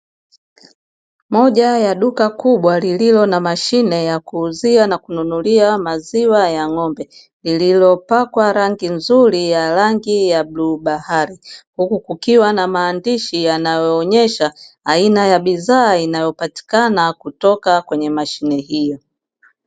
Moja ya duka kubwa lililo na mashine ya kuuzia na kununulia maziwa ya ng'ombe, lililopakwa rangi nzuri ya rangi ya bluu bahari huku kukiwa na maandishi, yanayoonesha aina ya bidhaa inayopatikana kutoka na mashine hiyo.